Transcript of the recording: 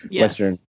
Western